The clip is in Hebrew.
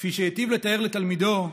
כפי שהיטיב לתאר תלמידו,